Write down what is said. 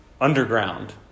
underground